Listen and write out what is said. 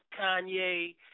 Kanye